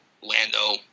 Lando